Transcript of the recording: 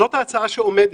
זאת ההצעה שעומדת.